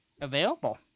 available